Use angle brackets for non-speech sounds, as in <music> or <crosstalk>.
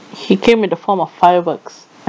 he came in the form of fireworks <laughs>